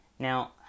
Now